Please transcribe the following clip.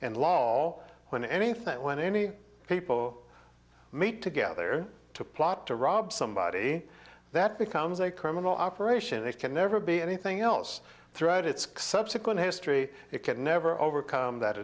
and law all when anything when any people meet together to plot to rob somebody that becomes a criminal operation that can never be anything else throughout its subsequent history it can never overcome that